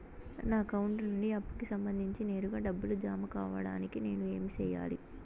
నా అకౌంట్ నుండి అప్పుకి సంబంధించి నేరుగా డబ్బులు జామ కావడానికి నేను ఏమి సెయ్యాలి?